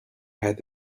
had